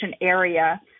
area